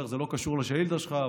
זה לא קשור לשאילתה שלך,